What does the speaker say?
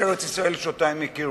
זו ארץ-ישראל שהם הכירו.